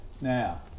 Now